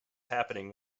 happening